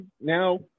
now